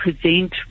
present